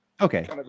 okay